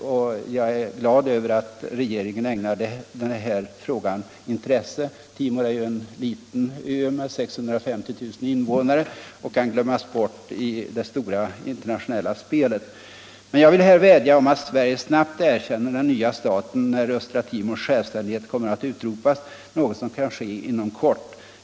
Jag är glad över att regeringen ägnar den här frågan sitt intresse. Östra Timor är ju ett litet land med bara 650 000 invånare och kan därför lätt glömmas bort i det stora internationella spelet. Men jag vill här vädja om att Sverige snabbt erkänner den nya staten när östra Timors självständighet kommer att utropas — något som kan väntas ske inom kort.